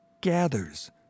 gathers